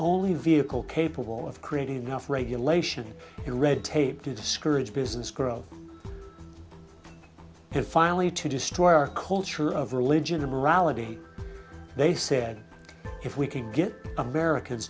only vehicle capable of creating enough regulation and red tape to discourage business growth has finally to destroy our culture of religion or morality they said if we could get americans